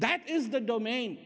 that is the domain